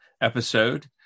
episode